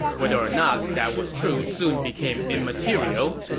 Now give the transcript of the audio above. whether or not that was true soon became immaterial.